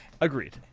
Agreed